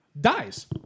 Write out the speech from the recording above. dies